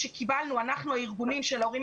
את קיבלנו - אנחנו הארגונים של הורים